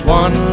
one